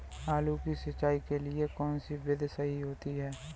आलू की सिंचाई के लिए कौन सी विधि सही होती है?